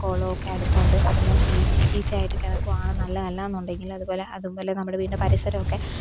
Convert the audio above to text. കുളമോ ഒക്കെ അടുത്തുണ്ട് അതെല്ലാം ചീഞ്ഞ് ചീത്തയായിട്ട് കിടക്കുവാണ് നല്ലതല്ലാന്നുണ്ടെങ്കിൽ അത്പോലെ അത്പോലെ നമ്മുടെ വീടിന്റെ പരിസരമൊക്കെ